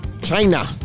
China